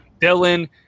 Dylan